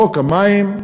חוק המים,